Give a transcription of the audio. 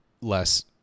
less